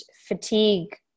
fatigue